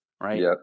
Right